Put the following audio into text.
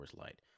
Light